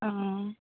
অঁ